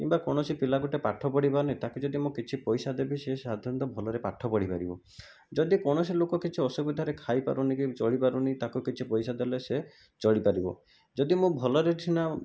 କିମ୍ବା କୌଣସି ପିଲା ଗୋଟେ ପାଠ ପଢ଼ିପାରୁନି ତାକୁ ଯଦି ମୁଁ କିଛି ପଇସା ଦେବି ସେ ସାଧାରଣତଃ ଭଲରେ ପାଠ ପଢ଼ିପାରିବ ଯଦି କୌଣସି ଲୋକ କିଛି ଅସୁବିଧାରେ ଖାଇପାରୁନିକି ଚଳିପାରୁନି ତାକୁ କିଛି ପଇସା ଦେଲେ ସେ ଚଳିପାରିବ ଯଦି ମୁଁ ଭଲରେ ସିନା